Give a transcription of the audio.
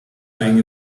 lying